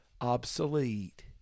obsolete